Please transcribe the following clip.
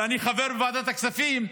ואני חבר ועדת הכספים,